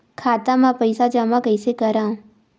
खाता म पईसा जमा कइसे करव?